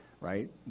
right